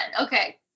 Okay